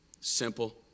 Simple